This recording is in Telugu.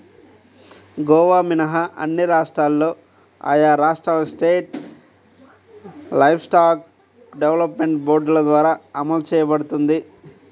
గోవా మినహా అన్ని రాష్ట్రాల్లో ఆయా రాష్ట్రాల స్టేట్ లైవ్స్టాక్ డెవలప్మెంట్ బోర్డుల ద్వారా అమలు చేయబడుతోంది